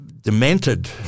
Demented